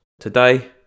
Today